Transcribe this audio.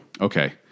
Okay